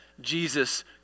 Jesus